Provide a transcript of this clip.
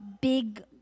big